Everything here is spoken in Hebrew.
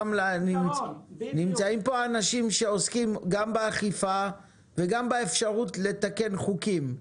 נמצאים פה אנשים שעוסקים גם באכיפה וגם באפשרות לתקן חוקים,